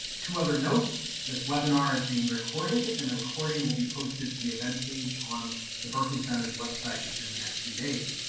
two other notes, this webinar is being recorded, and the recording will be posted to the event page on the berkley center's website within the next few days.